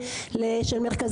מאשר בשאר הארץ.